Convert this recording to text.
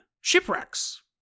Shipwrecks